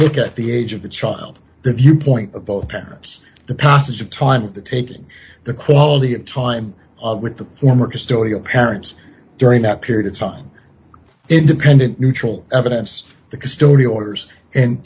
look at the age of the child the viewpoint of both parents the passage of time the taking the quality of time with the former custodial parents during that period of time independent neutral evidence the custodial orders and